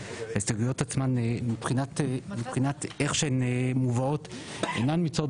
ההסתייגויות עצמן מבחינת איך שהן מובאות אינן נמצאות